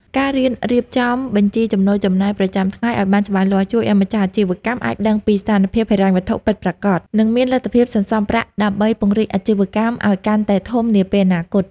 ការរៀនរៀបចំបញ្ជីចំណូលចំណាយប្រចាំថ្ងៃឱ្យបានច្បាស់លាស់ ជួយឱ្យម្ចាស់អាជីវកម្មអាចដឹងពីស្ថានភាពហិរញ្ញវត្ថុពិតប្រាកដ និងមានលទ្ធភាពសន្សំប្រាក់ដើម្បីពង្រីកអាជីវកម្មឱ្យកាន់តែធំនាពេលអនាគត។